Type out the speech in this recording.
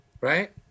Right